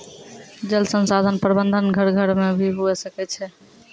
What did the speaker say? जल संसाधन प्रबंधन घर घर मे भी हुवै सकै छै